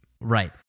Right